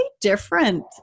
different